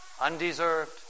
undeserved